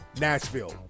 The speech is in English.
nashville